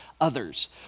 others